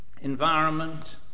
environment